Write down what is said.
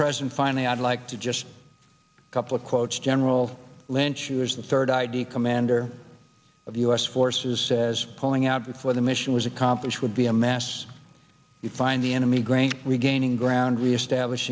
president finally i'd like to just a couple of quotes general lynch who is the third id commander of u s forces says pulling out before the mission was accomplished would be a mass we find the enemy greinke we gaining ground reestablish